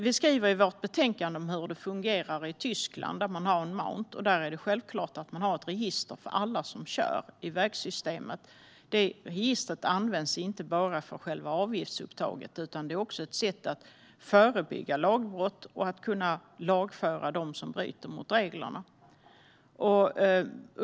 Vi skriver i vårt betänkande om hur det fungerar i Tyskland, där man har en maut. Där är det självklart att man har ett register för alla som kör i vägsystemet. Det registret används inte bara för själva avgiftsupptaget, utan det är också ett sätt att förebygga lagbrott och att kunna lagföra dem som bryter mot reglerna.